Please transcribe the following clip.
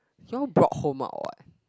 you're broke home or what